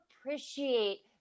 appreciate